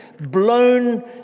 blown